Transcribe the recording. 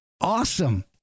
awesome